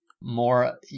more